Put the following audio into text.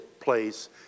place